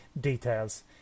details